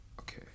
Okay